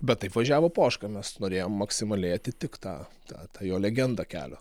bet taip važiavo poška mes norėjom maksimaliai atitikt tą tą jo legendą kelio